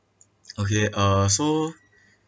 okay uh so